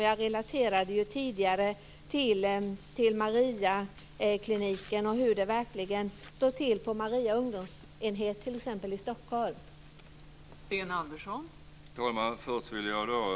Jag relaterade tidigare till Mariakliniken och hur det verkligen står till på t.ex. Maria ungdomsenhet i